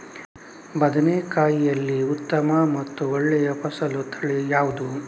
ಬದನೆಕಾಯಿಯಲ್ಲಿ ಉತ್ತಮ ಮತ್ತು ಒಳ್ಳೆಯ ಫಸಲು ತಳಿ ಯಾವ್ದು?